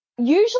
usually